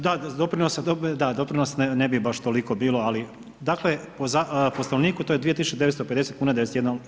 Da, doprinosa, da, doprinos ne bi baš toliko bilo ali, dakle po stanovniku to je 2950,91.